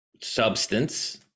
substance